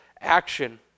action